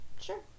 sure